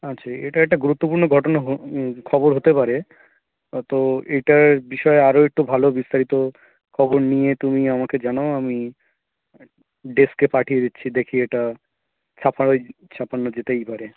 আচ্ছা এটা একটা গুরুত্বপূর্ণ ঘটনা খবর হতে পারে তো এটার বিষয়ে আরও একটু ভালো বিস্তারিত খবর নিয়ে তুমি আমাকে জানাও আমি ডেস্কে পাঠিয়ে দিচ্ছি দেখি এটা ছাপানো ছাপানো যেতেই পারে